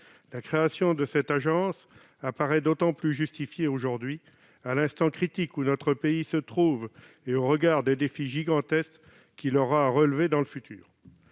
La création de cette agence apparaît d'autant plus justifiée aujourd'hui, à l'instant critique où notre pays se trouve et au regard des défis gigantesques qu'il aura à relever dans l'avenir.